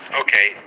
okay